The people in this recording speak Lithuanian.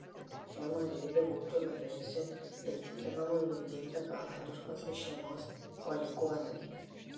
ši mažylė būtų galėjusi įtikinamai vaidinti karališkosios šeimos palikuonę